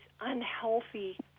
unhealthy